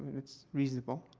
it's reasonable.